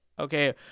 okay